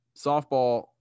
Softball